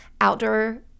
outdoor